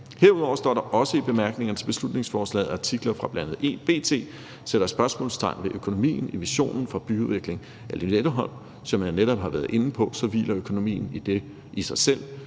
Herudover står også i bemærkningerne til beslutningsforslaget, at artikler fra bl.a. B.T. sætter spørgsmålstegn ved økonomien i visionen for byudvikling af Lynetteholm. Som jeg netop har været inde på, hviler økonomien i sig selv